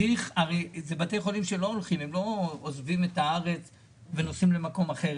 אלה בתי חולים שלא עוזבים את הארץ ונוסעים למקום אחר,